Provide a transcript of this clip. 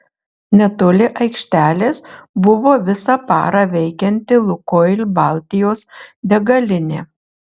netoli aikštelės buvo visą parą veikianti lukoil baltijos degalinė